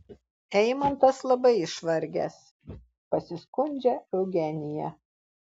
eimantas labai išvargęs pasiskundžia eugenija